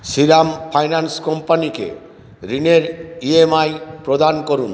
Shriram finance কোম্পানিকে ঋণের EMI প্রদান করুন